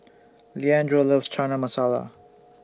Leandro loves Chana Masala